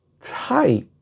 type